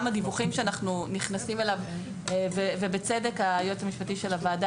הדיווחים שאנחנו נכנסים אליו ובצדק היועץ המשפטי של הוועדה